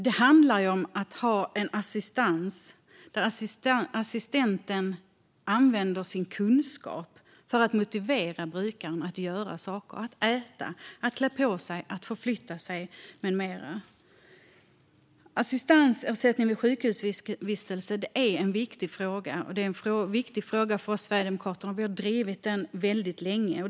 Det handlar om att ha en assistans där assistenten använder sin kunskap för att motivera brukaren att göra saker - att äta, klä på sig, förflytta sig med mera. Assistansersättning vid sjukhusvistelse är en viktig fråga för oss sverigedemokrater, och vi har drivit den väldigt länge.